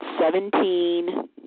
seventeen